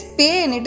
pain